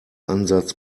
ansatz